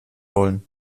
wollen